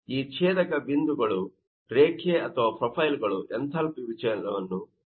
ಈ ಛೇದಕ ಬಿಂದುಗಳು ರೇಖೆ ಅಥವಾ ಪ್ರೊಫೈಲ್ ಗಳು ಎಂಥಾಲ್ಪಿ ವಿಚಲನವನ್ನು ಪ್ರತಿನಿಧಿಸುತ್ತದೆ